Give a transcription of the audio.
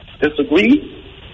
disagree